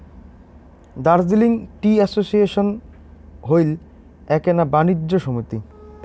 Darjeeling tea association হইল এ্যাকনা বাণিজ্য সমিতি